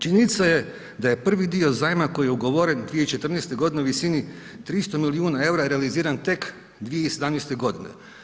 Činjenica je da je prvi dio zajma koji je ugovoren 2014. godine u visini 300 milijuna eura je realiziran tek 2017. godine.